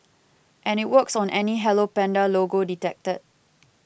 and it works on any Hello Panda logo detected